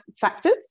factors